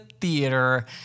theater